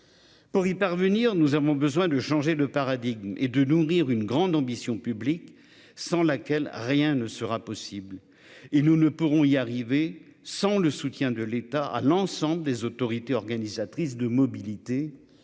Pour y parvenir, nous avons besoin de changer de paradigme et de nourrir une grande ambition publique sans laquelle rien ne sera possible et nous ne pourrons y arriver sans le soutien de l'État à l'ensemble des autorités organisatrices de mobilité et je